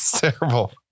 terrible